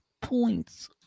Points